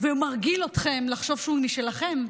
ומרגיל אתכם לחשוב שהוא משלכם,